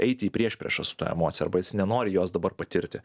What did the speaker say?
eiti į priešpriešą su ta emocija arba jis nenori jos dabar patirti